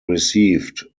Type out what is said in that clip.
received